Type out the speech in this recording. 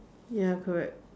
ya correct